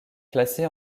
classé